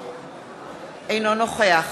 אינו נוכח